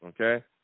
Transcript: Okay